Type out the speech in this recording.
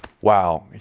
wow